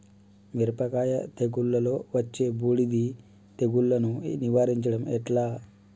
మిరపకాయ తెగుళ్లలో వచ్చే బూడిది తెగుళ్లను నివారించడం ఎట్లా?